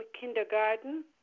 kindergarten